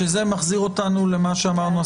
שזה מחזיר אותנו למה שאמרנו,